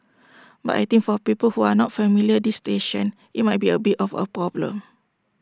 but I think for people who are not familiar this station IT might be A bit of A problem